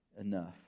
enough